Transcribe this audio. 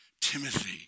Timothy